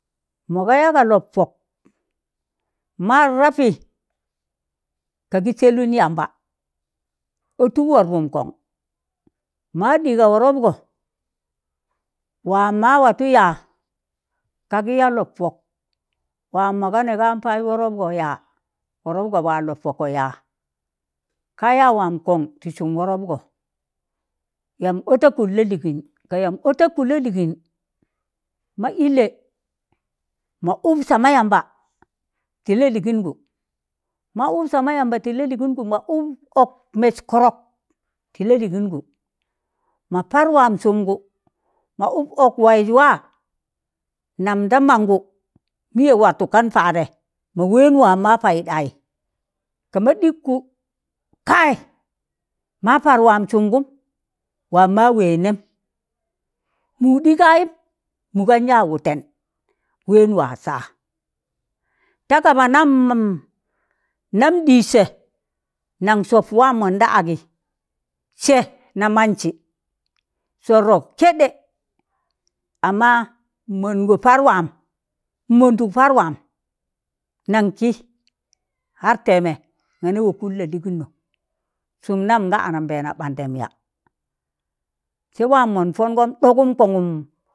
mọ ga yaa ga lọp pọk, ma nrapị ka gị sẹlụn yamba, ọtụk wọrọpụn kọn, ma ɗịị ga wọrọpgọ, waa ma watụ yaa ka gị yaa lọp pọk, waa mọ ga nẹga paz wọrọpgọ yaa, wọrọpgọ waa lọp pọkọ yaa, ka yaa waam kọn tị sụm wọrọpgọ yamb ọtakụn la'lịịgịn ka yamb ọtakụ la lịịgịn, ma ịllẹ ma ụb sama yamba tị la'lịịgịngụ, ma ụb sama yamba ti lalịịgịngụ, ma ụb ọk mẹs kọrọk tị la'lịịgịngụ, ma par waam sụmgụ ma ụb ọk waịz waa, nam da mangụ mịyẹ watụ kan paɗe ma wẹẹn waa ma paịɗaị ka ma ɗikkụ kaị, ma par waam sumgụm, waam ma wẹẹ nẹm, mụ ɗịị gayịm, mụ gan yaa wụtẹn wẹẹn waa sa ta kaba nam mon nam ɗịssẹ nan sọp waam mọnda agị sẹ na mansị, sọrrọ kẹɗẹ, amma n'mọngo par waam n'mọndụk parwaam nan kị har tẹẹmẹ nanị wọkụn la'lịịgịnnọ sụm nam nga anambẹẹna ɓandẹm yaa se waam mọn pọngọm ɗọgụm kongum,